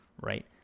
right